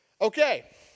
Okay